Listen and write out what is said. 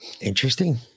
interesting